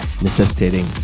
necessitating